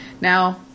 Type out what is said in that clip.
Now